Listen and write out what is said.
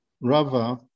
Rava